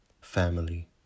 Family